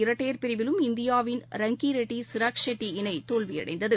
இரட்டையர் ஆடவர் இந்தியாவின் ரங்கிரெட்டி சிராக் ஷெட்ட இணைதோல்வியடைந்தது